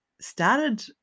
started